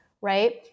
right